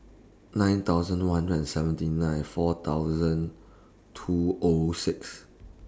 nine thousand one hundred and seventy nine four thousand two O six